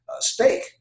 steak